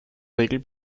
regel